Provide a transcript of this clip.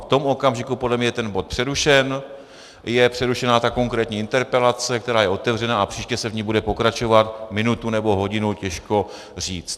V tom okamžiku podle mě je ten bod přerušen, je přerušena ta konkrétní interpelace, která je otevřená, a příště se v ní bude pokračovat, minutu nebo hodinu těžko říct.